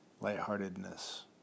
lightheartedness